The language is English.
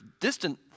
distant